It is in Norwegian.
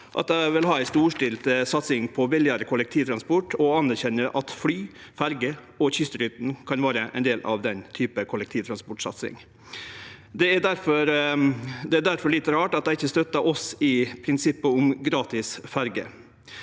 at dei vil ha ei storstilt satsing på billigare kollektivtransport og anerkjenner at fly, ferjer og kystrutene kan vere ein del av den typen kollektivtransportsatsing. Det er derfor litt rart at dei ikkje støttar oss i prinsippet om gratis ferje.